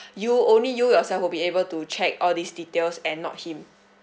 you only you yourself will be able to check all these details and not him